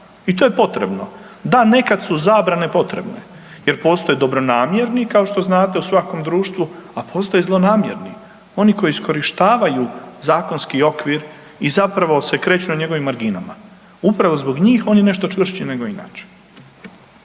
i to je potrebno, da nekad su zabrane potrebne jer postoje dobronamjerni kao što znate u svakom društvu, a postoje i zlonamjerni, oni koji iskorištavaju zakonski okvir i zapravo se kreću na njegovim marginama. Upravo zbog njih on je nešto čvršći nego inače.